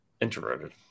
introverted